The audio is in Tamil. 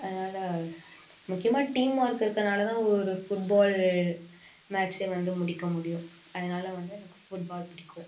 அதனாலே முக்கியமாக டீம் ஒர்க் இருக்கிறதுனால தான் ஒரு ஃபுட்பால் மேட்ச்சே வந்து முடிக்க முடியும் அதனாலே வந்து எனக்கு ஃபுட்பால் பிடிக்கும்